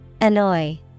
Annoy